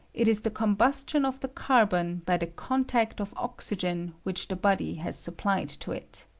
it is the combustion of the carbon by the contact of oxjgcn which the body has supplied to it.